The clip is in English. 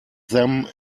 them